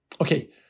Okay